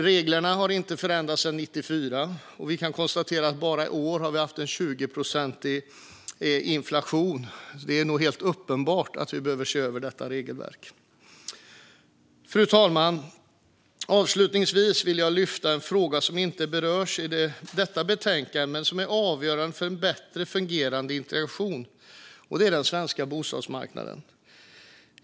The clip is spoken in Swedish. Reglerna har inte förändrats sedan 1994, och bara i år har vi haft en 20-procentig inflation. Det är nog helt uppenbart att vi behöver se över detta regelverk. Fru talman! Avslutningsvis vill jag lyfta en fråga som inte berörs i detta betänkande men som är avgörande för en bättre fungerande integration, och det är den svenska bostadsmarknaden.